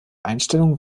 einstellung